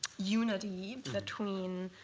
unity between